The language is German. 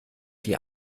die